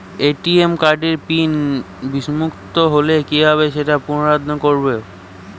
ATM কার্ডের PIN বিস্মৃত হলে কীভাবে সেটা পুনরূদ্ধার করব?